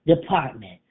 department